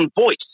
voice